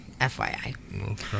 fyi